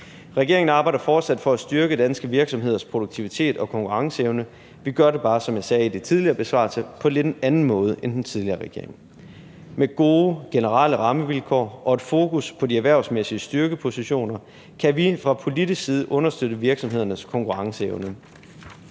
Regeringen arbejder fortsat for at styrke danske virksomheders produktivitet og konkurrenceevne. Vi gør det bare, som jeg sagde i den tidligere besvarelse, på en lidt anden måde end den tidligere regering. Med gode generelle rammevilkår og et fokus på de erhvervsmæssige styrkepositioner kan vi fra politisk side understøtte virksomhedernes konkurrenceevne.